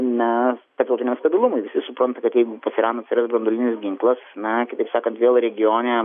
na tarptautiniam stabilumui visi supranta kad jeigu pas iraną atsiras branduolinis ginklas na kitaip sakant kad vėl regione